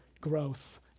growth